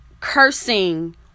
cursing